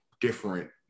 different